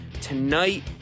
tonight